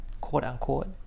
quote-unquote